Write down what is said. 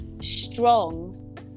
strong